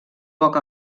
poc